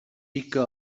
pica